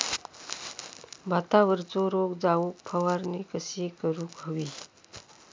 भातावरचो रोग जाऊक फवारणी कशी करूक हवी?